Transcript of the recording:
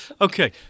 Okay